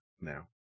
now